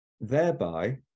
thereby